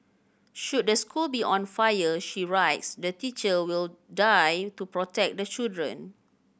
should the school be on fire she writes the teacher will die to protect the children